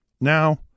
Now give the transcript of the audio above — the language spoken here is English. Now